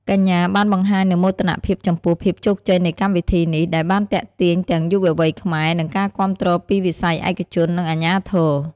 កញ្ញាបានបង្ហាញនូវមោទនភាពចំពោះភាពជោគជ័យនៃកម្មវិធីនេះ ដែលបានទាក់ទាញទាំងយុវជនខ្មែរ និងការគាំទ្រពីវិស័យឯកជន និងអាជ្ញាធរ។